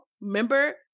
remember